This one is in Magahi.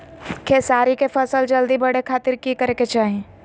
खेसारी के फसल जल्दी बड़े के खातिर की करे के चाही?